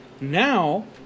now